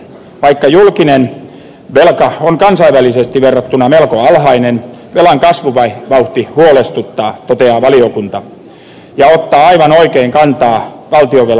vaikka julkinen velka on kansainvälisesti verrattuna melko alhainen velan kasvuvauhti huolestuttaa toteaa valiokunta ja ottaa aivan oikein kantaa valtionvelan korkomenoihin